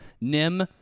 Nim